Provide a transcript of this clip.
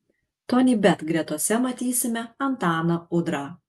tonybet gretose matysime antaną udrą